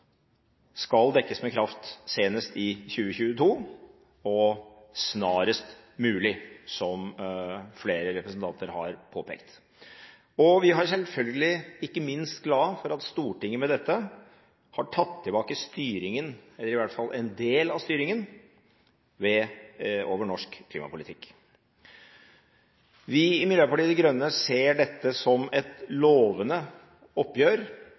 skal dekkes med kraft senest i 2022 og snarest mulig, som flere representanter har påpekt. Vi er selvfølgelig ikke minst glad for at Stortinget med dette har tatt tilbake styringen – i hvert fall en del av styringen – over norsk klimapolitikk. Vi i Miljøpartiet De Grønne ser dette som et lovende oppgjør,